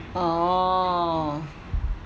orh